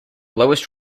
lowest